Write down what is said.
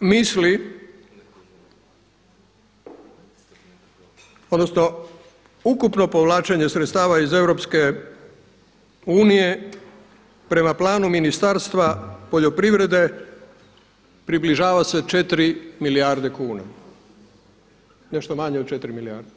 misli odnosno ukupno povlačenje sredstava iz EU prema planu Ministarstva poljoprivrede približava se 4 milijarde kuna, nešto manje od 4 milijarde.